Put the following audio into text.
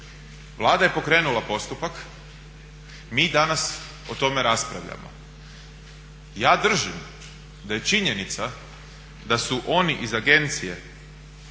Vlada je pokrenula postupak, mi danas o tome raspravljamo. Ja držim da je činjenica da su oni iz agencije